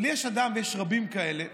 אבל יש אדם, ויש רבים כאלה,